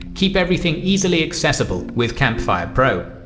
keep everything easily accessible with campfire pro.